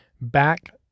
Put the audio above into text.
back